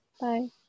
Bye